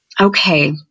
okay